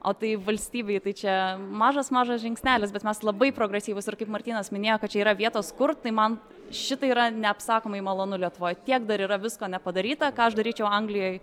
o tai valstybei tai čia mažas mažas žingsnelis bet mes labai progresyvūs ir kaip martynas minėjo kad čia yra vietos kurt tai man šitai yra neapsakomai malonu lietuvoj tiek dar yra visko nepadaryta ką aš daryčiau anglijoj